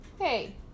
Hey